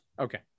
Okay